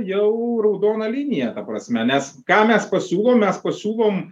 jau raudona linija ta prasme nes ką mes pasiūlom mes pasiūlom